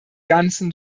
ganzen